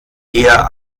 eher